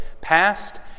past